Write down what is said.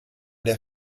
der